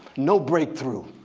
no breakthrough.